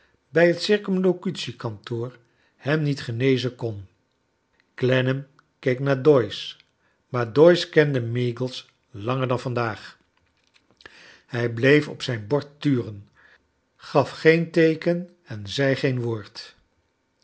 bij het cicumlocutiekantoor hem niet genezen kon clennam keek naar doyce maar doyce kende meagles langer dan vandaag hij bleef op zijn bord turen gaf geen teeken zei geen woord